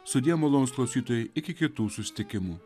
sudie malonūs klausytojai iki kitų susitikimų